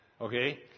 Okay